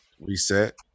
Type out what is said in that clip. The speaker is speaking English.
reset